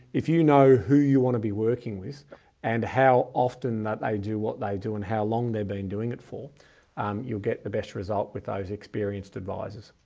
if you know who you want to be working with and how often that i do what they do and how long they've been doing it for you'll get the best result with those experienced advisors.